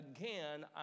again